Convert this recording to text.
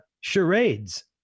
charades